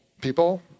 people